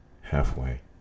halfway